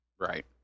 Right